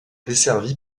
desservie